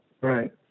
right